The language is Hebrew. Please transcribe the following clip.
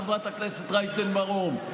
חברת הכנסת רייטן מרום,